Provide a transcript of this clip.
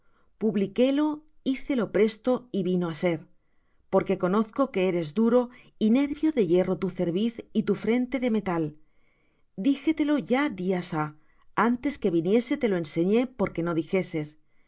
boca salió publiquélo hícelo presto y vino á ser porque conozco que eres duro y nervio de hierro tu cerviz y tu frente de metal díjetelo ya días há antes que viniese te lo enseñé porque no dijeses